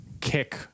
kick